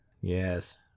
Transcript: Yes